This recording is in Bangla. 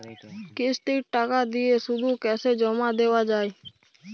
কিস্তির টাকা দিয়ে শুধু ক্যাসে জমা দেওয়া যায়?